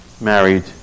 married